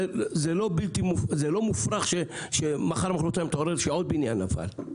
זה לא מופרך שמחר או מחרתיים נתעורר ועוד בניין נפל.